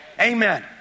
Amen